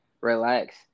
relax